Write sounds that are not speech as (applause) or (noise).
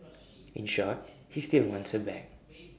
(noise) in short he still wants her back (noise)